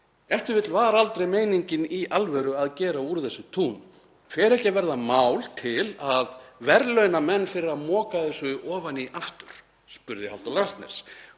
eftilvill var aldrei meiníngin í alvöru að gera úr þessu tún. Fer ekki að verða mál til að verðlauna menn fyrir að moka ofaní þetta aftur?“ — spurði Halldór Laxness.